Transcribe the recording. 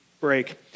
break